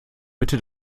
bitte